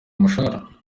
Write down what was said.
umushahara